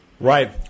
Right